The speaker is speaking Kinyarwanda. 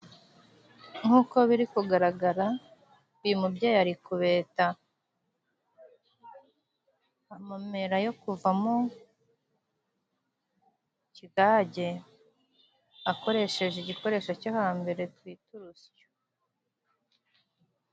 Nk'uko biri kugaragara, uyu mubyeyi ari kubeta amamera yo kuva mo ikigage, akoresheje igikoresho cyo hambere twita urusyo.